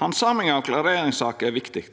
Handsaminga av klareringssaker er viktig.